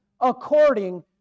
according